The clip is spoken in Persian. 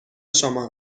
شما